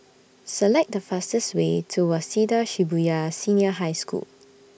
Select The fastest Way to Waseda Shibuya Senior High School